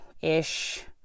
ish